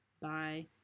Bye